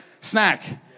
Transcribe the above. snack